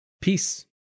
Peace